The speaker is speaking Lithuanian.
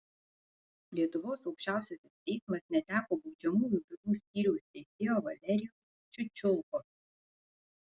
lietuvos aukščiausiasis teismas neteko baudžiamųjų bylų skyriaus teisėjo valerijaus čiučiulkos